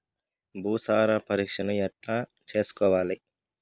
భూసార పరీక్షను ఎట్లా చేసుకోవాలి?